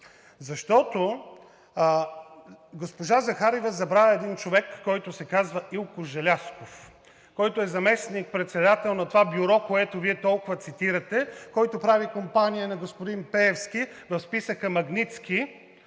Госпожа Захариева забравя един човек, който се казва Илко Желязков, който е заместник-председател на това бюро, което Вие толкова цитирате, който прави компания на господин Пеевски в списъка „Магнитски“